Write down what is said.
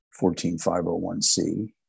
14501C